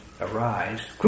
arise